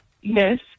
Yes